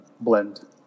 blend